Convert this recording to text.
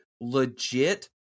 legit